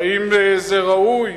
האם זה ראוי?